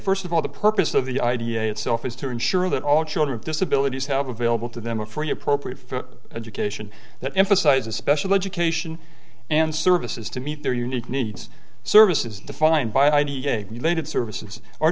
first of all the purpose of the idea itself is to ensure that all children disabilities have available to them a free appropriate for education that emphasizes special education and services to meet their unique needs services defined by id related services or